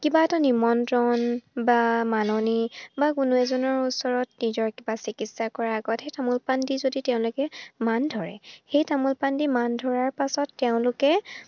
কিবা এটা নিমন্ত্ৰণ বা মাননি বা কোনো এজনৰ ওচৰত নিজৰ কিবা চিকিৎসা কৰাৰ আগত সেই তামোল পাণ দি যদি তেওঁলোকে মান ধৰে সেই তামোল পাণ দি মান ধৰাৰ পাছত তেওঁলোকে